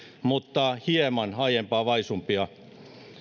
mutta hieman aiempaa vaisumpia